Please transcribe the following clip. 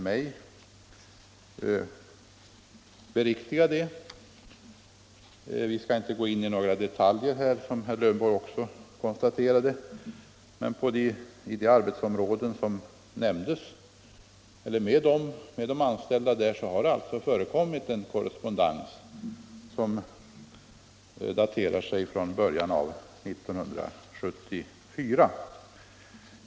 Som herr Lövenborg sade skall vi inte gå in på detaljer, men med de anställda i de arbetsområden som nämnts har det alltså förekommit en korrespondens som daterar sig från början av 1974.